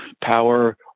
power